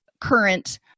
current